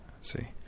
see